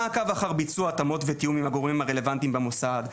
מעקב אחר ביצוע התאמות ותיאום עם הגורמים הרלוונטיים במוסד,